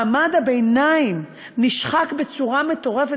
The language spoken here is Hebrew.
מעמד הביניים נשחק בצורה מטורפת,